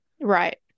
Right